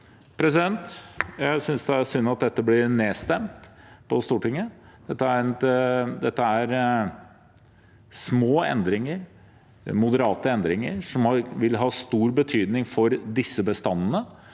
tallene. Jeg synes det er synd at dette blir nedstemt på Stortinget. Dette er små endringer, moderate endringer, som vil ha stor betydning for disse bestandene,